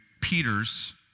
Peter's